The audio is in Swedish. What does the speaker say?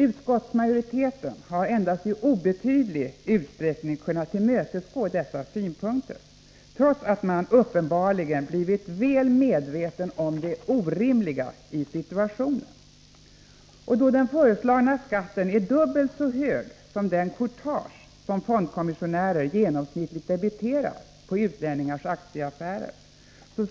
Utskottsmajoriteten har endast i obetydlig utsträckning kunnat tillmötesgå dessa synpunkter, trots att man uppenbarligen blivit väl medveten om det orimliga i situationen. Då den föreslagna skatten är dubbelt så hög som det courtage som fondkommissionärer genomsnittligt debiterar på utlänningars aktieaffärer